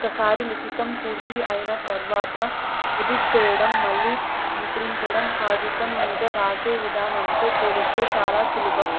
ఒకసారి లిఖితం పూర్తి అయిన తర్వాత ఎడిట్ చేయడం మళ్ళీ ముద్రించడం కాగితం మీద రాసే విధానంతో పోలిస్తే చాలా సులభం